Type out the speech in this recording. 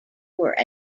were